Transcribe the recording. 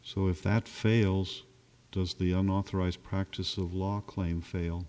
so if that fails does the un authorized practice of law claim fail